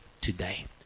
today